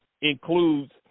includes